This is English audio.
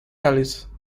alice